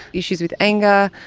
issues with anger.